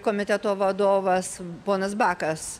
komiteto vadovas ponas bakas